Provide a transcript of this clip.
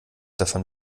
davon